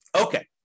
Okay